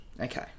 Okay